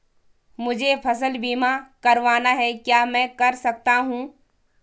मुझे फसल बीमा करवाना है क्या मैं कर सकता हूँ?